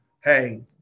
hey